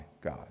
God